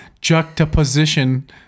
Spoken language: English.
juxtaposition